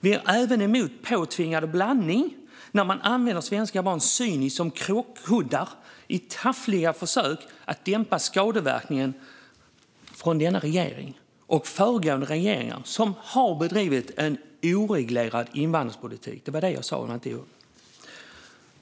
Vi är även emot påtvingad blandning, där man cyniskt använder svenska barn som krockkuddar i taffliga försök att dämpa skadeverkningen från denna och föregående regeringar som har bedrivit en oreglerad invandringspolitik. Det var det jag sa.